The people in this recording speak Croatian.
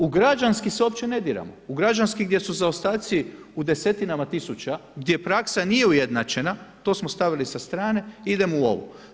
U građanski se uopće ne diramo, u građanski gdje su zaostaci u desetinama tisuća gdje praksa nije ujednačena, to smo stavili sa strane, idemo u ovu.